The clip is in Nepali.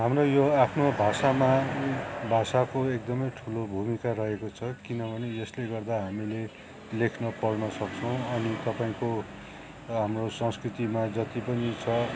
हाम्रो यो आफ्नो घरसम्मा भाषाको एकदमै ठुलो भूमिका रहेको छ किनभने यसले गर्दा हामीले लेख्न पढ्न सक्छौँ अनि तपाईँको हाम्रो संस्कृतिमा जति पनि छ